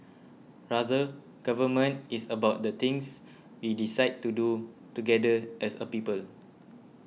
rather government is about the things we decide to do together as a people